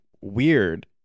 weird